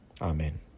Amen